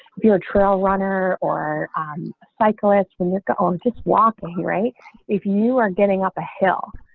if you're a trail runner or cyclist from your own just walking right if you are getting up a hill.